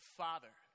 father